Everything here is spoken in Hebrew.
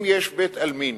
אם יש בית-עלמין